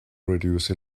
reduce